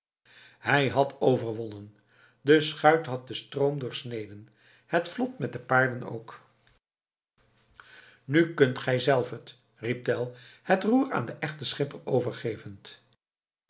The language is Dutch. hij had overwonnen de schuit had den stroom doorsneden het vlot met paarden ook nu kunt gij zelf het riep tell het roer aan den echten schipper overgevend